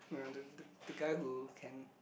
and the the the guy who can